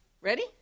Ready